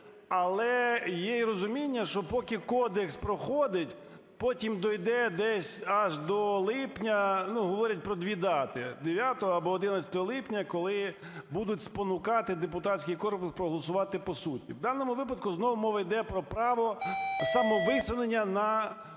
але є і розуміння, що поки кодекс проходить, потім дійде десь аж до липня, ну, говорять про 2 дати: 9 або 11 липня, коли будуть спонукати депутатський корпус проголосувати по суті. В даному випадку знову мова йде про право самовисунення на